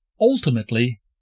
ultimately